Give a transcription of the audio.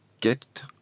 get